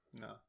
No